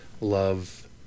love